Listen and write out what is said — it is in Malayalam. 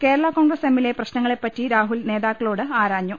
കേരള കോൺഗ്രസ് എമ്മിലെ പ്രശ്നങ്ങളെപ്പറ്റി രാഹുൽ നേതാക്കളോട് ആരാഞ്ഞു